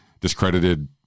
discredited